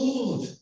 Lord